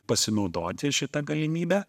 pasinaudoti šita galimybe